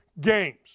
games